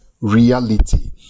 reality